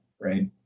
right